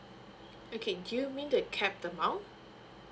okay do you mean the cap amount